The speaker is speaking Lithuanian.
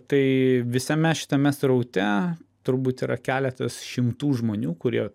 tai visame šitame sraute turbūt yra keletas šimtų žmonių kurie